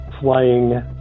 flying